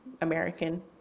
American